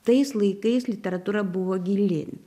tais laikais literatūra buvo gili